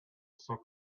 soak